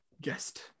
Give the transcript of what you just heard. guest